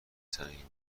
صمیمی